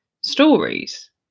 stories